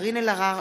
קארין אלהרר,